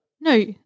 No